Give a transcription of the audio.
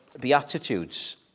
Beatitudes